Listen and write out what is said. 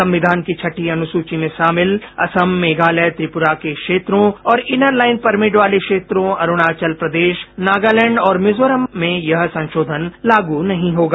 संविधान की छठी अनुसूची में शामिल असम मेघालय त्रिपुरा के क्षेत्रों और इनर लाइन परमिट वाले क्षेत्रों अरूणाचल प्रदेश नगालैंड और मिजोरम में यह संशोधन लागू नहीं होगा